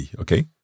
okay